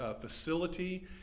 facility